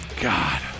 God